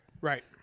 Right